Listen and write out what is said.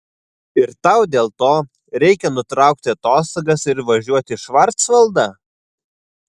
ir tau dėl to reikia nutraukti atostogas ir važiuoti į švarcvaldą